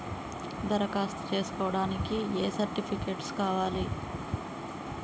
దరఖాస్తు చేస్కోవడానికి ఏ సర్టిఫికేట్స్ కావాలి?